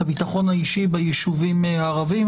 את הביטחון האישי בישובים הערביים.